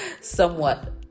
somewhat